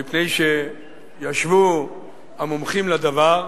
מפני שישבו המומחים לדבר,